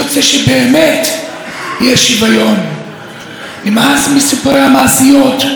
אל תנציחו את האפליה והבושה באמצעות חוק הלאום.